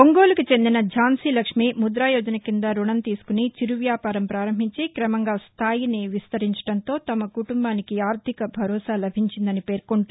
ఒంగోలుకు చెందిన ఝాన్సీలక్ష్మీ ముద్రా యోజన కింద రుణం తీసుకుని చిరు వ్యాపారం పారంభించి క్రమంగా స్థాయిని విస్తరించడంలో తమ కుటుంబానికి ఆర్థిక భరోసా లభించిందని పేర్పొంటూ